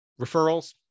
referrals